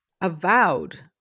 Avowed